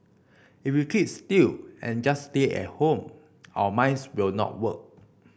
if we keep still and just stay at home our minds will not work